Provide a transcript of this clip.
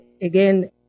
Again